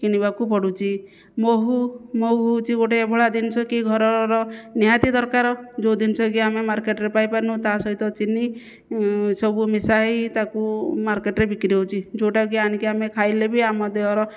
କିଣିବାକୁ ପଡ଼ୁଛି ମହୁ ମହୁ ହେଉଛି ଗୋଟିଏ ଏଭଳିଆ ଜିନିଷ କି ଘରର ନିହାତି ଦରକାର ଯେଉଁ ଜିନିଷ କି ଆମେ ମାର୍କେଟରେ ପାଇପାରୁନାହୁଁ ତା' ସହିତ ଚିନି ସବୁ ମିଶା ହୋଇ ତାକୁ ମାର୍କେଟରେ ବିକ୍ରି ହେଉଛି ଯେଉଁଟାକି ଆଣିକି ଆମେ ଖାଇଲେ ବି ଆମ ଦେହର